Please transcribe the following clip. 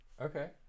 Okay